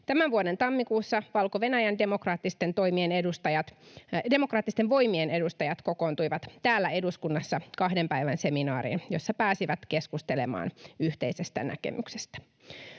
Tämän vuoden tammikuussa Valko-Venäjän demokraattisten voimien edustajat kokoontuivat täällä eduskunnassa kahden päivän seminaariin, jossa pääsivät keskustelemaan yhteisestä näkemyksestä.